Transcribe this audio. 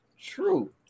true